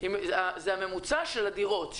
זה הממוצע של הדירות.